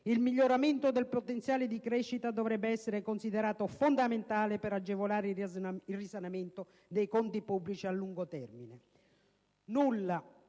«il miglioramento del potenziale di crescita dovrebbe essere considerato fondamentale per agevolare il risanamento dei conti pubblici a lungo termine». Nulla,